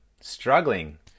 struggling